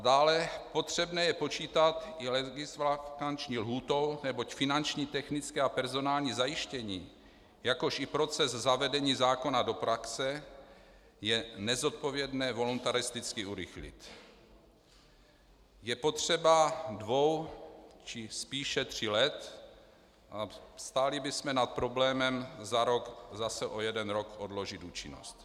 Dále je potřebné počítat i s legisvakanční lhůtou, neboť finanční, technické a personální zajištění, jakož i proces zavedení zákona do praxe je nezodpovědné voluntaristicky urychlit, je potřeba dvou, či spíše tří let, a stáli bychom nad problémem za rok zase o jeden rok odložit účinnost.